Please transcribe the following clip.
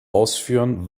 ausführen